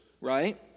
right